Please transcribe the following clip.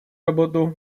работу